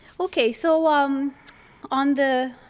okay, so um on the